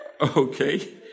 Okay